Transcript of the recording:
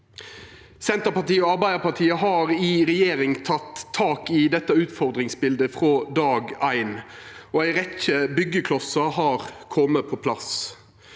Senterpartiet og Arbeidarpartiet har i regjering teke tak i dette utfordringsbiletet frå dag éin. Ei rekkje byggjeklossar har kome på plass.